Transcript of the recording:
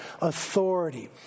authority